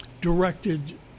directed